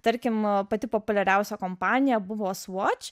tarkim pati populiariausia kompanija buvo swatch